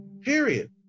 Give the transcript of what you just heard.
Period